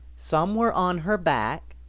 some were on her back,